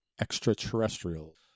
extraterrestrials